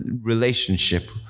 relationship